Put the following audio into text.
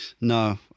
No